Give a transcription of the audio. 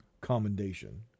commendation